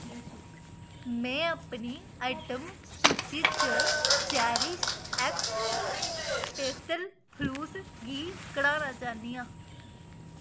में अपनी आइटम सूची चा चेरिशऐक्स पेस्टल फलूस गी कड्ढाना चाह्न्नी आं